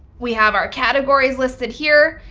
we have our categories listed here.